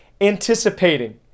anticipating